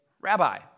Rabbi